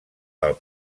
del